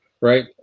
right